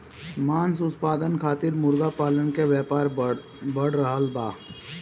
मांस उत्पादन खातिर मुर्गा पालन के व्यापार बढ़ रहल बा